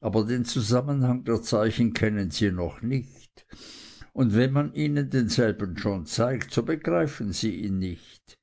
aber den zusammenhang der zeichen kennen sie noch nicht und wenn man ihnen denselben schon zeigt so begreifen sie ihn nicht